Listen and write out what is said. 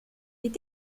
est